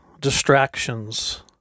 distractions